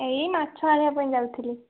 ଏଇ ମାଛ ଆଣିବା ପାଇଁ ଯାଉଥିଲି